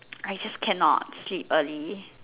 I just cannot sleep early